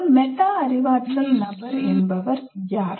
ஒரு மெட்டா அறிவாற்றல் நபர் யார்